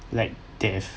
like death